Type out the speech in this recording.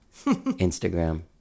Instagram